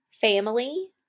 family